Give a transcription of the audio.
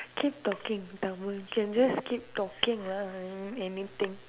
keep talking in Tamil you can just keep talking lah I mean anything